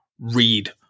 read